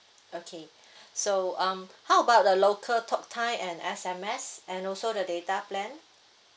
okay so um how about the local talk time and S_M_S and also the data plan